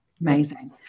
Amazing